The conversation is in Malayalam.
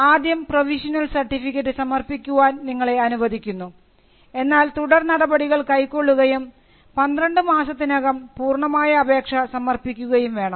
ആദ്യം പ്രൊവിഷ്യണൽ സർട്ടിഫിക്കറ്റ് സമർപ്പിക്കുവാൻ നിങ്ങളെ അനുവദിക്കുന്നു എന്നാൽ തുടർ നടപടികൾ കൈക്കൊള്ളുകയും 12 മാസത്തിനകം പൂർണമായ അപേക്ഷ സമർപ്പിക്കുകയും വേണം